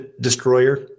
destroyer